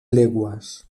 leguas